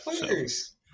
players